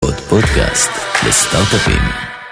עוד פודקאסט לסטארט-אפים